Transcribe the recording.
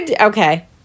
okay